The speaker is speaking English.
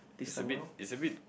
it's a bit it's a bit